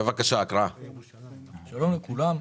שלום לכולם,